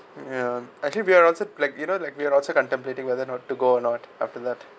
ya actually we're also like you know like we're also contemplating whether not to go or not after that